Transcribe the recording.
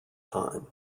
time